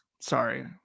Sorry